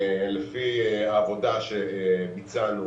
לפי עבודה שביצענו,